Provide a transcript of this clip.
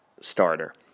starter